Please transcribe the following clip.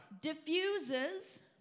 diffuses